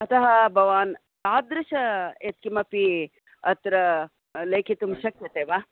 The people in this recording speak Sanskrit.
अतः भवान् तादृशं यत्किमपि अत्र लेखितुं शक्यते वा